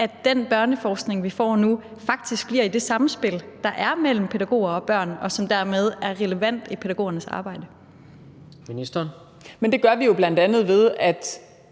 at den børneforskning, vi får nu, faktisk bliver i det samspil, der er mellem pædagoger og børn, og som dermed er relevant i pædagogernes arbejde? Kl. 17:22 Tredje næstformand (Jens